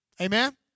Amen